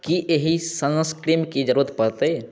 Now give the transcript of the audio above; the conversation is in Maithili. कि एहि सनस्क्रीमके जरूरत पड़तै